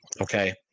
okay